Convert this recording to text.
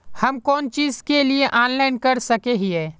हम कोन चीज के लिए ऑनलाइन कर सके हिये?